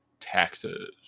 taxes